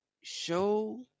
show